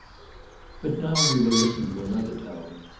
but now we will listen to another tone.